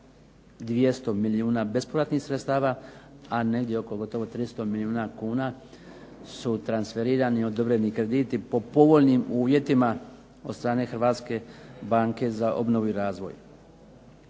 200 milijuna bespovratnih sredstava, a negdje oko gotovo 300 milijuna kuna su transferirani odobreni krediti po povoljnim uvjetima od strane Hrvatske banke za obnovu i razvoj.